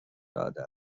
داده